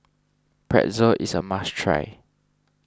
Pretzel is a must try